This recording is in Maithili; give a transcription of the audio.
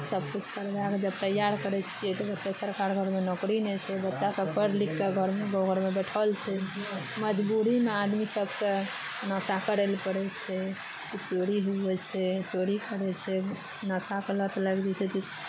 सभकिछु करबाए कऽ जब तैयार करै छियै तऽ बोलतै सरकार घरमे नौकरी नहि छै बच्चासभ पढ़ि लिखि कऽ घरमे घरमे बैठल छै मजबूरीमे आदमी सभकेँ नशा करय लेल पड़ै छै चोरी भी हुवै छै चोरी करै छै नशाके लत लागि जाइ छै